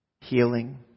healing